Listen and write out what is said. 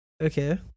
Okay